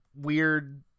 weird